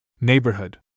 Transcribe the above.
NEIGHBORHOOD